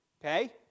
okay